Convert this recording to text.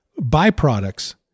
byproducts